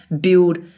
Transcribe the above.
build